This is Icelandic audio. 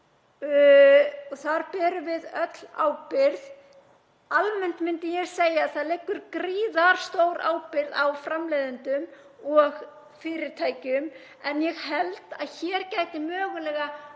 Þar berum við öll ábyrg. Almennt myndi ég segja að það liggi gríðarstór ábyrgð á framleiðendum og fyrirtækjum en ég held að hér gæti mögulega